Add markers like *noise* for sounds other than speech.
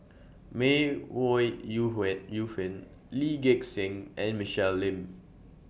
May Ooi Yu *unintelligible* Yu Fen Lee Gek Seng and Michelle Lim